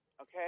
okay